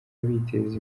biteza